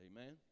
amen